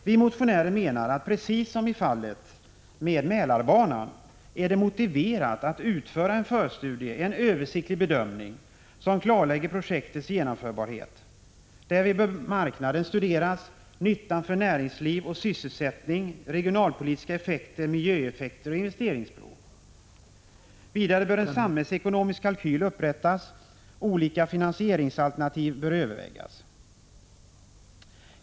Vi motionärer menar att det, precis som i fallet med Mälarbanan, är motiverat att utföra en förstudie, en översiktlig bedömning, som klarlägger projektets genomförbarhet. Därvid bör marknaden studeras och nyttan för näringsliv och sysselsättning, regionalpolitiska effekter, miljöeffekter och investeringsbehov utredas. Vidare bör en samhällsekonomisk kalkyl upprättas. Olika finansieringsalternativ bör övervägas.